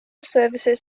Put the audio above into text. services